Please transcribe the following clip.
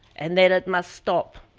and then it must stop.